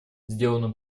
сделанному